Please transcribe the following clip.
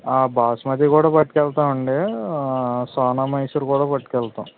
బాస్మతి కూడా పట్టుకు వెళ్తామండి సోనా మసూరి కూడా పట్టుకు వెళ్తాం